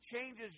changes